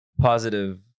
positive